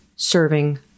serving